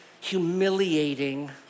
humiliating